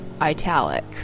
italic